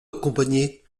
accompagné